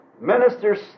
Ministers